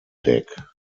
deck